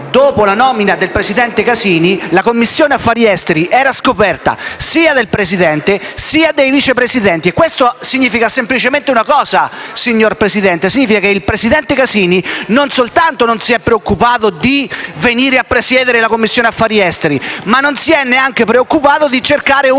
dopo la nomina del presidente Casini, la Commissione affari esteri era scoperta sia del Presidente, sia dei Vice Presidenti. Ciò, signor Presidente, significa che il presidente Casini non soltanto non si è preoccupato di venire a presiedere la Commissione affari esteri, ma non si è neanche preoccupato di cercare un sostituto